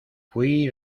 fuí